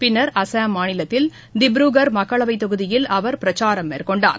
பின்னர் அசாம் மாநிலத்தில் திப்ருகர் மக்களவைத் தொகுதியில் அவர் பிரச்சாரம் மேற்கொண்டார்